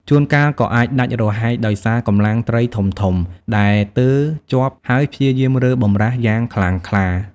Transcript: ជួនកាលក៏អាចដាច់រហែកដោយសារកម្លាំងត្រីធំៗ ដែលទើរជាប់ហើយព្យាយាមរើបម្រាស់យ៉ាងខ្លាំងក្លា។